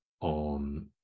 on